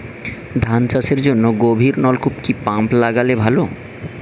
ধান চাষের জন্য গভিরনলকুপ কি পাম্প লাগালে ভালো?